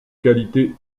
qualité